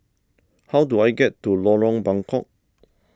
how do I get to Lorong Buangkok